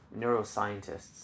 neuroscientists